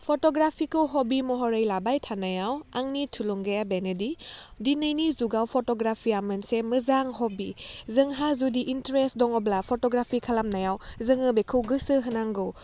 फट'ग्राफिखौ हबि महरै लाबाय थानायाव आंनि थुलुंगाया बेनोदि दिनैनि जुगाव फट'ग्राफिया मोनसे मोजां हबि जोंहा जुदि इन्ट्रेस्ट दङबा फट'ग्राफि खालामनायाव जोङो बेखौ गोसो होनांगौ